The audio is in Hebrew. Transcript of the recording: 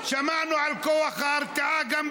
שמענו גם על